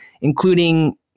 including